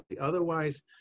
otherwise